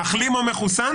'מחלים או מחוסן,